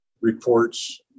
reports